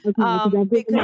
okay